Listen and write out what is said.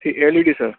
تھی L E D سر